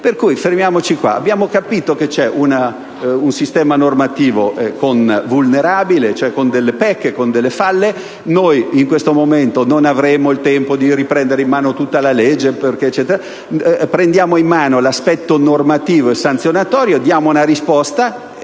a questo punto: abbiamo capito che c'è un sistema normativo vulnerabile, con pecche e falle. Noi in questo momento non abbiamo il tempo di riprendere in mano tutta la legge; prendiamo allora in mano l'aspetto normativo e sanzionatorio, diamo una risposta,